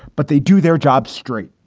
but they do their job straight.